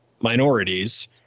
minorities